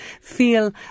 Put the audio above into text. feel